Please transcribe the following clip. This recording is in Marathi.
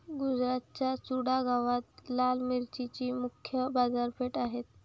गुजरातच्या चुडा गावात लाल मिरचीची मुख्य बाजारपेठ आहे